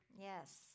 Yes